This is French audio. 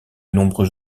nombreux